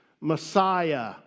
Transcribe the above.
Messiah